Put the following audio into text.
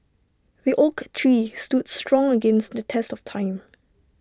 the oak tree stood strong against the test of time